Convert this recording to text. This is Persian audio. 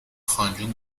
خانجون